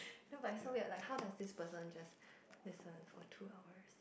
no but it's so weird how does this person just listen for two hours